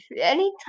anytime